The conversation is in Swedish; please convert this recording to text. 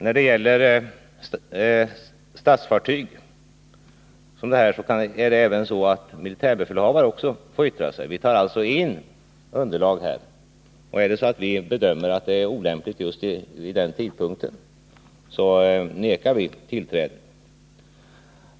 När det gäller statsfartyg får även vederbörande militärbefälhavare yttra sig. Vi tar alltså in erforderligt underlag före ett beslut. Om vi bedömer att besöket är olämpligt vid en viss tidpunkt avslår vi begäran om tillträde.